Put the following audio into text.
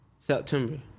September